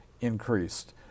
increased